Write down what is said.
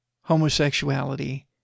homosexuality